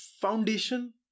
foundation